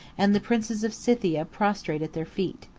and the princes of scythia prostrate at their feet.